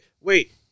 wait